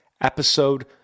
episode